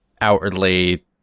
outwardly